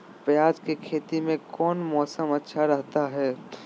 प्याज के खेती में कौन मौसम अच्छा रहा हय?